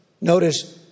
notice